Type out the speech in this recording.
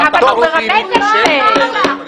דברי על זה,